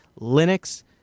Linux